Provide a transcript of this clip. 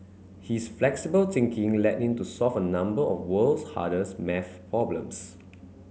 his flexible thinking led him to solve a number of world's hardest maths problems